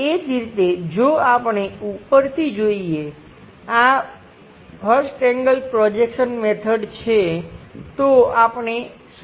એ જ રીતે જો આપણે ઉપરથી જોઈએ આ પ્રથમ એંગલ પ્રોજેક્શન મેથડ છે તો આપણે શું જોઈશું